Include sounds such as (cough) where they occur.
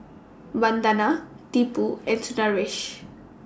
(noise) Vandana Tipu and Sundaresh